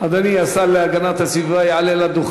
רבותי, אני מזמין את השר להגנת הסביבה לעלות.